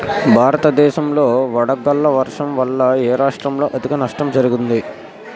భారతదేశం లో వడగళ్ల వర్షం వల్ల ఎ రాష్ట్రంలో అధిక నష్టం జరిగింది?